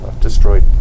destroyed